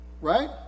Right